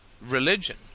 religion